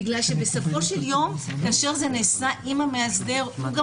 כי בסופו של יום כאשר זה נעשה עם המאסדר הוא גם